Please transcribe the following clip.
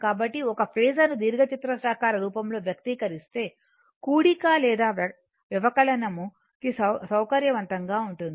కాబట్టి ఒక ఫేసర్ ను దీర్ఘచతురస్రాకార రూపంలో వ్యక్తీకరిస్తే కూడిక లేదా వ్యవకలనం కి సౌకర్యవంతంగా ఉంటుంది